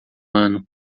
ano